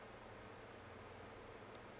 so